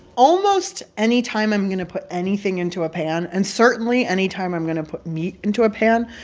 almost any time i'm going to put anything into a pan, and certainly any time i'm going to put meat into a pan,